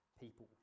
people